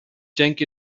denke